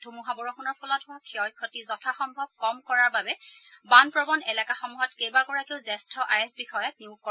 ধুমুহা বৰষূণৰ ফলত হোৱা ক্ষয় ক্ষতি যথাসম্ভ কম কৰাৰ বাবে বানপ্ৰৱণ এলেকাসমূহত কেইবাগৰাকীও জ্যেষ্ঠ আই এছ্ বিষয়াক নিয়োগ কৰা হৈছে